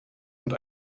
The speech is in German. und